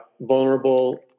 Vulnerable